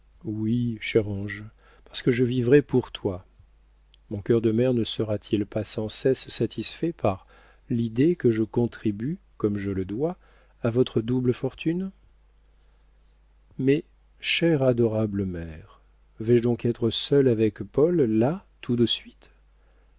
cher ange parce que je vivrai pour toi mon cœur de mère ne sera-t-il pas sans cesse satisfait par l'idée que je contribue comme je le dois à votre double fortune mais chère adorable mère vais-je donc être seule avec paul là tout de suite